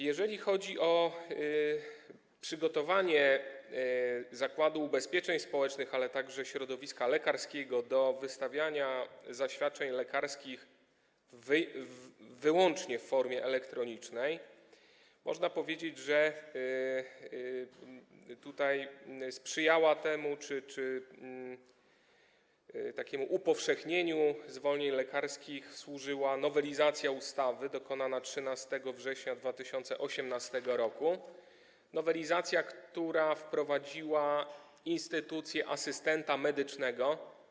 Jeżeli chodzi o przygotowanie Zakładu Ubezpieczeń Społecznych, ale także środowiska lekarskiego do wystawiania zaświadczeń lekarskich wyłącznie w formie elektronicznej, to można powiedzieć, że tutaj sprzyjała temu czy służyła takiemu upowszechnieniu zwolnień lekarskich nowelizacja ustawy dokonana 13 września 2018 r., która wprowadziła instytucję asystenta medycznego.